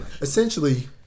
essentially